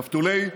נפתולי מה?